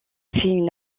une